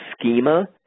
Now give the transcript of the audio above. schema